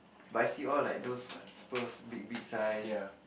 but I see all like those like super big big size